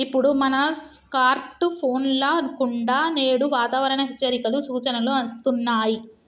ఇప్పుడు మన స్కార్ట్ ఫోన్ల కుండా నేడు వాతావరణ హెచ్చరికలు, సూచనలు అస్తున్నాయి